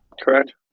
Correct